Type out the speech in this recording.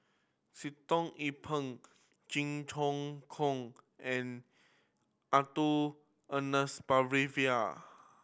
Sitoh Yih Pin Jit Ch'ng Koon and Ernest